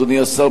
אדוני השר,